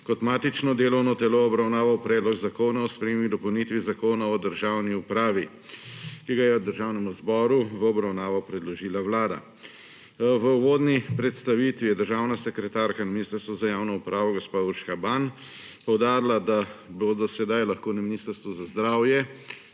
kot matično delovno telo obravnaval Predlog zakona o spremembi in dopolnitvi Zakona o državni upravi, ki ga je Državnemu zboru v obravnavano predložila Vlada. V uvodni predstavitvi je državna sekretarka Ministrstva za javno upravo gospa Urška Ban poudarila, da bodo sedaj lahko na Ministrstvu za zdravje